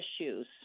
issues